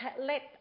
let